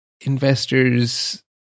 investors